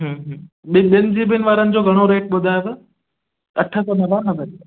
हम्म हम्म ॿिन जी बी वारनि जो घणो रेट ॿुधायव अठ सौ नवानवे